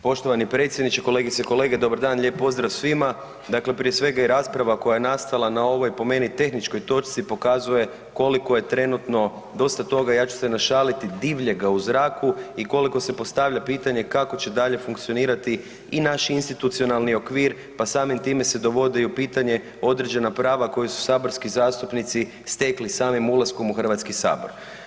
Poštovani predsjedniče, kolegice i kolege, dobar dan, lijep pozdrav svima, dakle prije svega i rasprava koja je nastala na ovoj po meni tehničkoj točci pokazuje koliko je trenutno dosta toga, ja ću se našaliti, divljega u zraku i koliko se postavlja pitanje kako će dalje funkcionirati i naš institucionalni okvir pa samim time se dovode i u pitanje određena prava koja su saborski zastupnici stekli samim ulaskom u Hrvatski sabor.